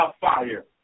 fire